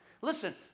Listen